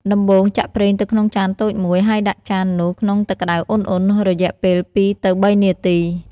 ដំបូង ចាក់ប្រេងទៅក្នុងចានតូចមួយ ហើយដាក់ចាននោះក្នុងទឹកក្តៅឧណ្ហៗ រយៈពេលពីរទៅបីនាទី។